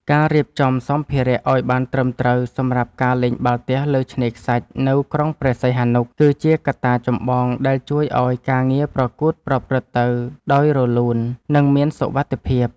ការរៀបចំសម្ភារៈឱ្យបានត្រឹមត្រូវសម្រាប់ការលេងបាល់ទះលើឆ្នេរខ្សាច់នៅក្រុងព្រះសីហនុ គឺជាកត្តាចម្បងដែលជួយឱ្យការប្រកួតប្រព្រឹត្តទៅដោយរលូន និងមានសុវត្ថិភាព។